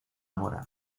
mora